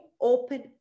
open